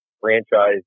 franchise